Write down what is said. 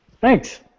Thanks